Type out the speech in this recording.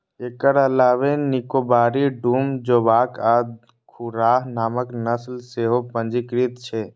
एकर अलावे निकोबारी, डूम, जोवॉक आ घुर्राह नामक नस्ल सेहो पंजीकृत छै